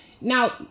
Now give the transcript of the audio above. Now